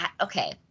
Okay